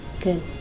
Good